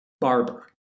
Barber